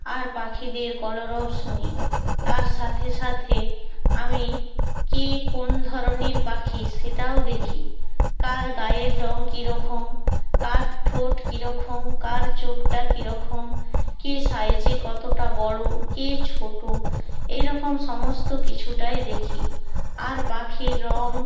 আর পাখিদের কলরব শুনি তার সাথে সাথে আমি কে কোন ধরনের পাখি সেটাও দেখি কার গায়ের রঙ কীরখম কার ঠোঁট কীরখম কার চোখটা কীরখম কে সাইজে কতটা বড়ো কে ছোটো এরকম সমস্ত কিছুটাই দেখি আর পাখির রঙ